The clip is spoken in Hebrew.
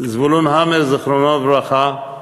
זבולון המר, זיכרונו לברכה,